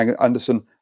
Anderson